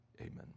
Amen